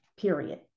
Period